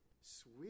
sweet